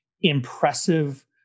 impressive